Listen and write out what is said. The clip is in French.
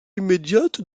immédiate